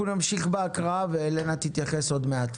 אנחנו נמשיך בהקראה והלנה תתייחס עוד מעט.